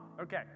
Okay